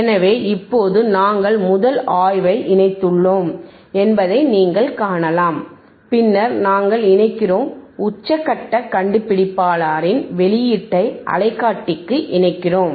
எனவே இப்போது நாங்கள் முதல் ஆய்வை இணைத்துள்ளோம் என்பதை நீங்கள் காணலாம் பின்னர் நாங்கள் இணைக்கிறோம் உச்சகட்ட கண்டுபிடிப்பாளரின் வெளியீட்டை அலைகாட்டிக்கு இணைக்கிறோம்